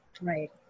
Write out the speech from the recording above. Right